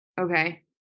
Okay